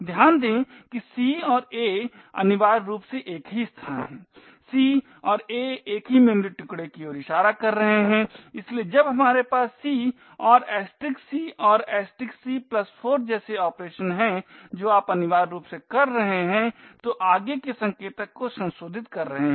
ध्यान दें कि c और a अनिवार्य रूप से एक ही स्थान हैं c और a एक ही मेमोरी टुकडे की ओर इशारा कर रहे हैं इसलिए जब हमारे पास c और c और c4 जैसे ऑपरेशन हैं जो आप अनिवार्य रूप से कर रहे हैं तो आगे के संकेतक को संशोधित कर रहे है